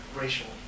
racial